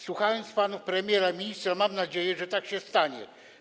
Słuchając panów premiera i ministra, mam nadzieję, że tak się stanie.